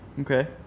Okay